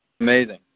Amazing